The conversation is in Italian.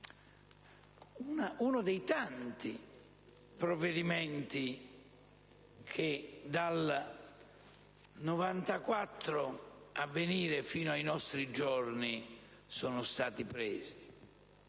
dei tanti provvedimenti che dal 1994 fino ai nostri giorni sono stati presi.